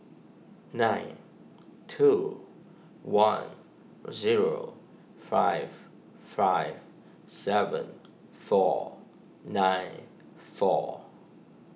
nine two one zero five five seven four nine four